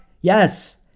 Yes